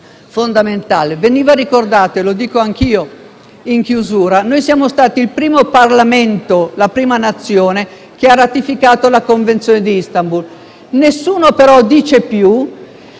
fondamentale. Veniva ricordato - lo dico anch'io - che siamo stati il primo Parlamento, la prima Nazione a ratificare la Convenzione di Istanbul; nessuno, però, dice più